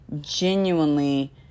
genuinely